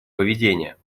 поведения